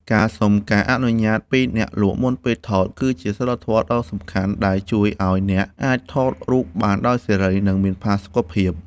ការសុំការអនុញ្ញាតពីអ្នកលក់មុនពេលថត គឺជាសីលធម៌ដ៏សំខាន់ដែលជួយឱ្យអ្នកអាចថតរូបបានដោយសេរី និងមានផាសុកភាព។